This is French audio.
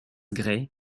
grey